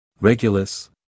Regulus